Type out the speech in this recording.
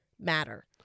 matter